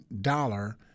dollar